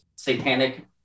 Satanic